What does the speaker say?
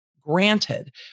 granted